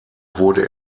wurde